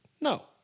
no